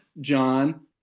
John